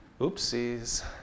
Oopsies